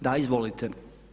Da, izvolite.